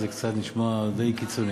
זה נשמע די קיצוני.